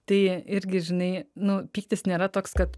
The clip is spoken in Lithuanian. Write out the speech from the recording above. tai irgi žinai nu pyktis nėra toks kad